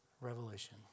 Revelation